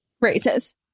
raises